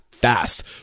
Fast